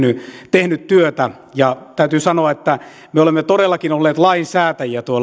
tehnyt töitä täytyy sanoa että me olemme todellakin olleet lainsäätäjiä